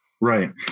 Right